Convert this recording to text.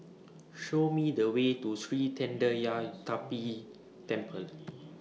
Show Me The Way to Sri Thendayuthapani Temple